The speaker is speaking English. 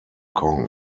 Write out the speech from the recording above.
kong